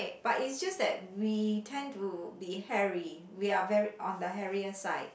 but it's just that we tend to be hairy we are very on the hairier side